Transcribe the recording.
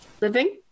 Living